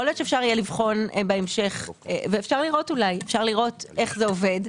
יכול להיות שיהיה אפשר לבחון בהמשך ולראות איך זה עובד.